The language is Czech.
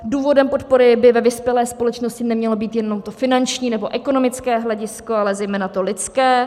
Důvodem podpory by ve vyspělé společnosti nemělo být jenom finanční nebo ekonomické hledisko, ale zejména to lidské.